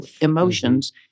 emotions